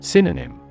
Synonym